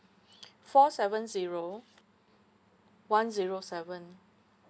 four seven zero one zero seven